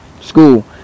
School